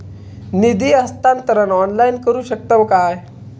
निधी हस्तांतरण ऑनलाइन करू शकतव काय?